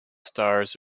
stars